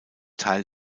teil